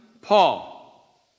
Paul